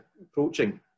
approaching